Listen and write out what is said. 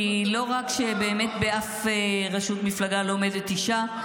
כי לא רק שבאמת באף רשות מפלגה לא עומדת אישה,